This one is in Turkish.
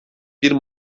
bir